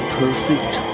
perfect